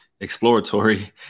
exploratory